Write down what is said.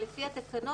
על פי התקנות,